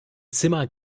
zimmer